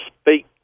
speak